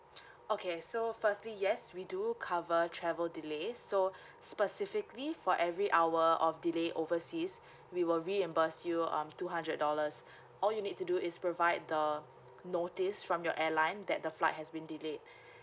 okay so firstly yes we do cover travel delays so specifically for every hour of delay overseas we will reimburse you um two hundred dollars all you need to do is provide the notice from your airline that the flight has been delayed